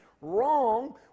wrong